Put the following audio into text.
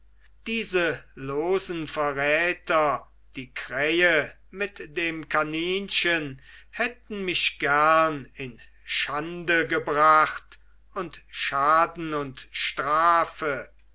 diese losen verräter die krähe mit dem kaninchen hätten mich gern in schande gebracht und schaden und strafe